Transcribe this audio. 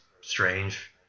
strange